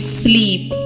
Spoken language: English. sleep